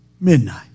Midnight